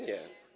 Nie.